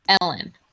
Ellen